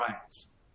Rights